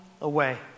away